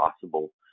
possible